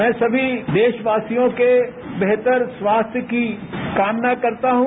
मैं सभी देशवासियों के बेहतर स्वास्थ्य की कामना करता हूं